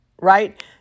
right